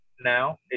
now